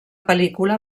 pel·lícula